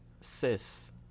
sis